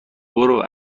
برو